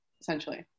essentially